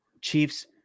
Chiefs